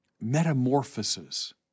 metamorphosis